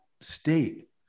state